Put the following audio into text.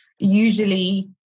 Usually